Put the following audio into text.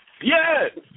Yes